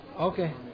Okay